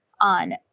on